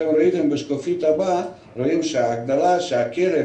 אתם רואים בשקופית הבאה שההגדרה של כלב